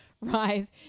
rise